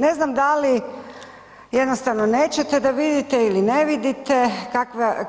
Ne znam da li jednostavno nećete da vidite ili ne vidite